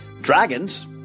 Dragons